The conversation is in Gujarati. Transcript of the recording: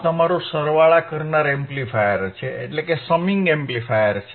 આ તમારું સરવાળા કરનાર એમ્પ્લીફાયર છે તે સરળ છે